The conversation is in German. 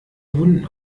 wunden